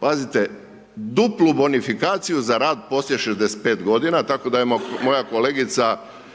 pazite, duplu bonifikaciju za rad poslije 65 godina, tako da moja kolegica